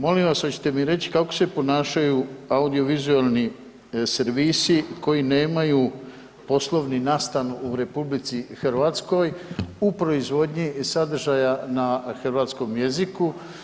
Molim vas hoćete mi reći kako se ponašaju audiovizualni servisi koji nemaju poslovnu nastanu u RH u proizvodnji sadržaja na hrvatskom jeziku?